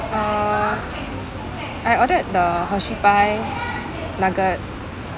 uh I ordered the hershey pie nuggets